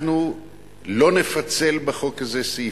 אנחנו לא נפצל בחוק הזה סעיפים,